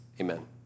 amen